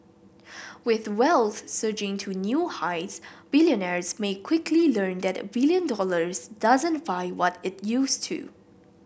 with wealth surging to new highs billionaires may quickly learn that a billion dollars doesn't buy what it used to